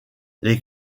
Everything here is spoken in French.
les